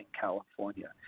california